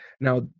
Now